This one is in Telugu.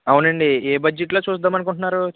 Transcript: అవునండి ఏ బడ్జెట్లో చూద్దాం అనుకుంటున్నారు